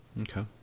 okay